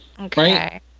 Okay